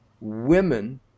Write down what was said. Women